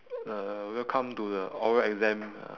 uh welcome to the oral exam